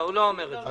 הוא לא אומר את זה.